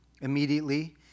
Immediately